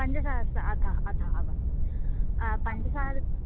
पञ्चसहस्रम् अधः अधः वा पञ्चसहस्रम्